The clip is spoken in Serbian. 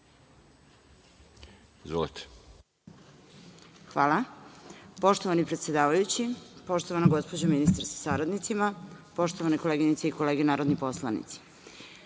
Paunović** Poštovani predsedavajući, poštovana gospođo ministar sa saradnicima, poštovane koleginice i kolege narodni poslanici,